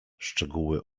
szczegóły